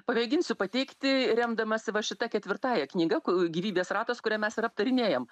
pamėginsiu pateikti remdamasi va šita ketvirtąja knyga gyvybės ratas kurią mes ir aptarinėjam